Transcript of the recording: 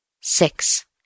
SIX